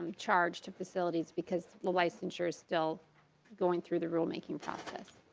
um charged facilities because licensors still going through the rulemaking time.